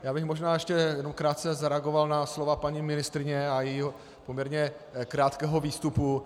Já bych možná ještě jenom krátce zareagoval na slova paní ministryně a její poměrně krátký výstup.